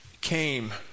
came